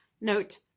Note